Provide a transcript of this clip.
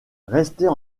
restées